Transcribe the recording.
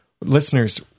Listeners